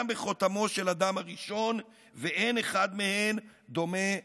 בחותמו של אדם הראשון ואין אחד מהן דומה לחברו.